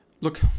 look